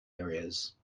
areas